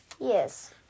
Yes